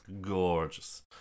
gorgeous